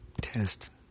test